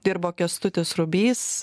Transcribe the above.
dirbo kęstutis rubys